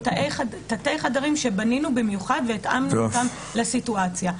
או תתי-חדרים שבנינו במיוחד והתאמנו לסיטואציה.